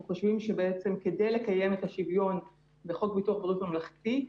אנחנו חושבים שכדי לקיים את השוויון לפי חוק ביטוח בריאות ממלכתי,